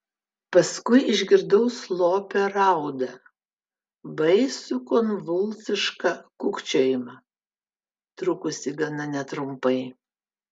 paskui išgirdau slopią raudą baisų konvulsišką kūkčiojimą trukusį gana netrumpai